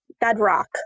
bedrock